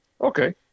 Okay